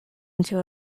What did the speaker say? into